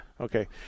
Okay